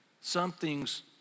something's